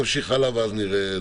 נמשיך הלאה, ואז נראה.